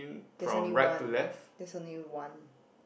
there's only one there's only one